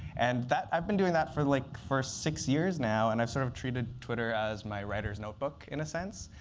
and i've been doing that for the like first six years now, and i've sort of treated twitter as my writer's notebook, in a sense.